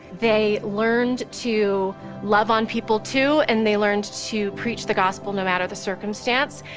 they learned to love on people too, and they learned to preach the gospel, no matter the circumstance,